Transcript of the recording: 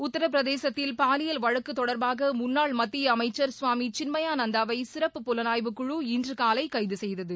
உத்திரபிரதேசத்தில் பாலியல் வழக்கு தொடர்பாக முன்னாள் மத்திய அமைச்சர் சுவாமி சின்மயானந்தாவை சிறப்பு புலனாய்வுக் குழு இன்று காலை கைது செய்தது